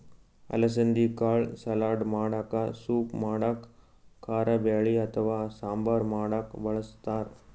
ಅಲಸಂದಿ ಕಾಳ್ ಸಲಾಡ್ ಮಾಡಕ್ಕ ಸೂಪ್ ಮಾಡಕ್ಕ್ ಕಾರಬ್ಯಾಳಿ ಅಥವಾ ಸಾಂಬಾರ್ ಮಾಡಕ್ಕ್ ಬಳಸ್ತಾರ್